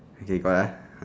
okay got ah